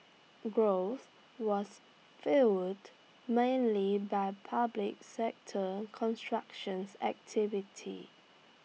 growth was fuelled mainly by public sector constructions activity